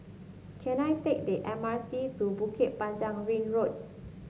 can I take the M R T to Bukit Panjang Ring Road